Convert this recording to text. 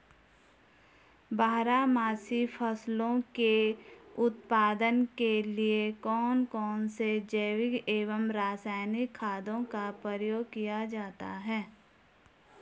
बारहमासी फसलों के उत्पादन के लिए कौन कौन से जैविक एवं रासायनिक खादों का प्रयोग किया जाता है?